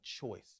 choice